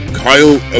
kyle